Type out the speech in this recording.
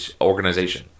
organization